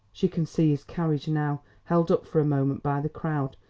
she can see his carriage now. held up for a moment by the crowd,